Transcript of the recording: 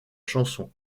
chanson